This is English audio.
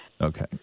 Okay